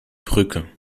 brücke